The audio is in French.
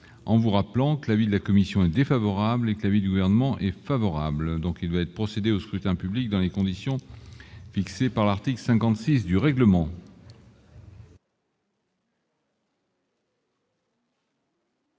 en vous rappelant que l'avis de la commission est défavorable et que l'avis du gouvernement est favorable, donc il doit être procédé au scrutin public dans les conditions fixées par l'article 56 du règlement.